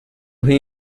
him